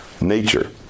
nature